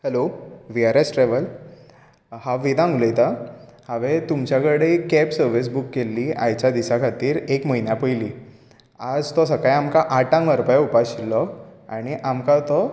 hello V R S travel हांव वेदांग उलयतां हांवेंन तुमच्या कडेन एक केब सर्विस बूक केल्ली आयच्या दिसा खातीर एक म्हयन्या पयलीं आयज तो सकाळीं आमकां आठांक व्हरपा येवपा आशील्लो आनी आमकां तो